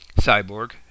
Cyborg